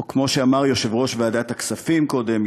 או כמו שאמר יושב-ראש ועדת הכספים קודם,